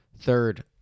third